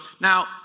now